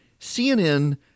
CNN